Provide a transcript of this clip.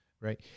Right